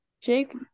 Jake